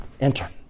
enter